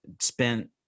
spent